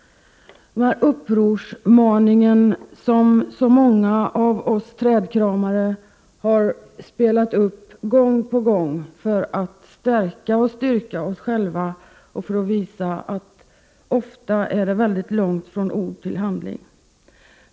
Den upprorsmaningen har många av oss trädkramare gång på gång spelat upp för att stärka och styrka oss själva och visa att det ofta är väldigt långt från ord till handling.